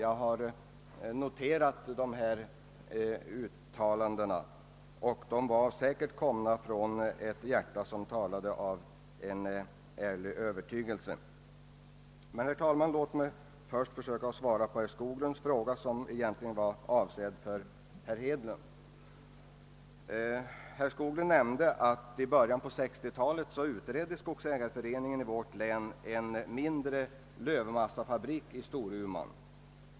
Jag har noterat dessa uttalanden, som säkert är uttryck för en ärlig övertygelse. Men, herr talman, låt mig först försöka svara på herr Skoglunds fråga, som egentligen var avsedd för herr Hedlund. Herr Skoglund nämnde att skogsägareföreningen i vårt län i början av 1960-talet utredde möjligheterna att sätta i gång en mindre lövmassefabrik i Storuman.